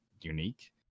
unique